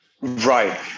Right